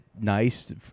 Nice